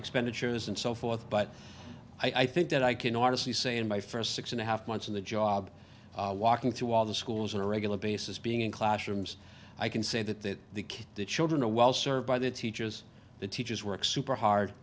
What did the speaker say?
expenditures and so forth but i think that i can or to see say in my first six and a half months in the job walking through all the schools in a regular basis being in classrooms i can say that that the kids the children are well served by the teachers the teachers work super hard